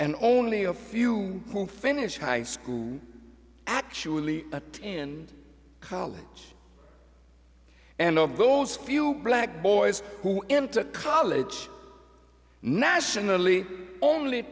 and only a few who finish high school actually in college and of those few black boys who into college nationally only